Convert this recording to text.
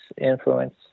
influence